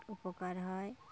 উপকার হয়